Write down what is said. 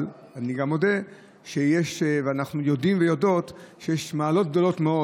אבל אני גם מודה ואנחנו יודעים ויודעות שיש מעלות גדולות מאוד